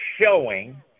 showing